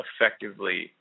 effectively